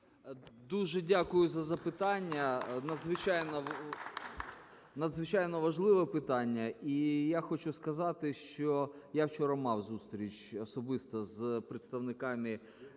Дуже дякую за запитання, надзвичайно важливе питання. І я хочу сказати, що я вчора мав зустріч особисто з представниками